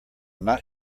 not